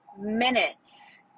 minutes